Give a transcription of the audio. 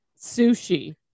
Sushi